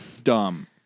dumb